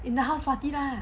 in the house party lah